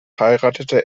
heiratete